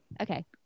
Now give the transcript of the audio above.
okay